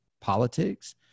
politics